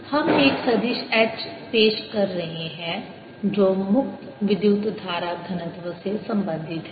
हम एक सदिश H पेश कर रहे हैं जो मुक्त विद्युत धारा घनत्व से संबंधित है